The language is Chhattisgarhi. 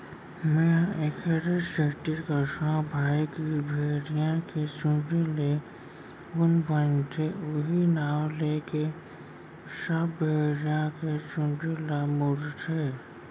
मेंहा एखरे सेती कथौं भई की भेड़िया के चुंदी ले ऊन बनथे उहीं नांव लेके सब भेड़िया के चुंदी ल मुड़थे